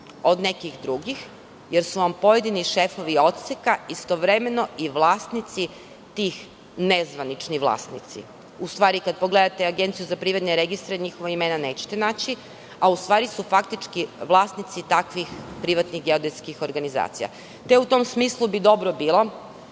od nekih drugih jer su pojedini šefovi odseka istovremeno i vlasnici tih, nezvanični vlasnici. Kada pogledate Agenciju za privredne registre njihova imena nećete naći a u stvari su faktički vlasnici takvih privatnih geodetskih organizacija.U tom smislu, dobro bi